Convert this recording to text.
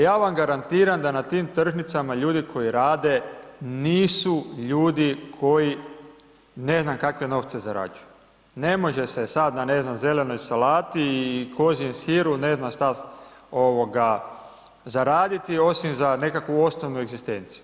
Ja vam garantiram na tim tržnicama ljudi koji rade nisu ljudi koji ne znam kakve novce zarađuju, ne može se sad na, ne znam, zelenoj salati i kozjem siru, ne znam šta zaraditi, osim za nekakvu osnovnu egzistenciju.